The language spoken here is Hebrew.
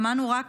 שמענו רק